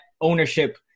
ownership